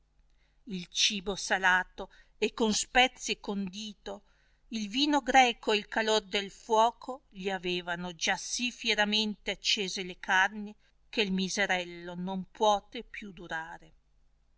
il cibo salato e con spezie condito il vino greco e il calor del fuoco gli avevano già sì fieramente accese le carni che miserello non puote più durare